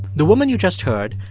the woman you just heard,